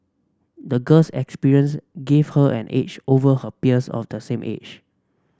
the girl's experience gave her an edge over her peers of the same age